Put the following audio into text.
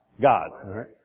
God